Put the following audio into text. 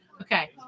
Okay